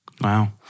Wow